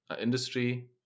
industry